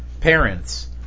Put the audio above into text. parents